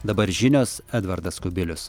dabar žinios edvardas kubilius